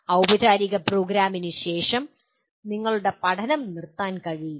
ഔപചാരിക പ്രോഗ്രാമിനുശേഷം നിങ്ങളുടെ പഠനം നിർത്താൻ കഴിയില്ല